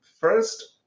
first